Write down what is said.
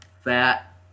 Fat